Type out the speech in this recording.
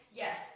yes